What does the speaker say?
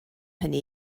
hynny